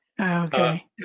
okay